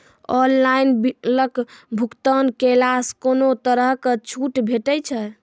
Online बिलक भुगतान केलासॅ कुनू तरहक छूट भेटै छै?